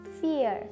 fear